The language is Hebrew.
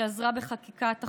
שעזרה בחקיקת החוק,